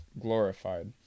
glorified